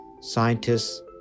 Scientists